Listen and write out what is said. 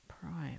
Prime